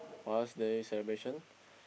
Father's-Day celebration